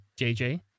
JJ